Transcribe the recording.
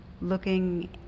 looking